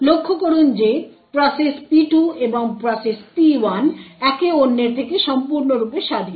লক্ষ্য করুন যে প্রসেস P2 এবং প্রসেস P1 একে অন্যের থেকে সম্পূর্ণরূপে স্বাধীন